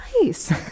Nice